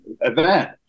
event